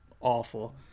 awful